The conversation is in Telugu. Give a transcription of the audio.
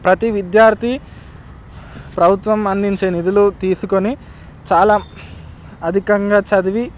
ప్రతి విద్యార్థి ప్రభుత్వం అందించే నిధులు తీసుకొని చాలా అధికంగా చదివి